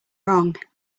wrong